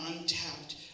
untapped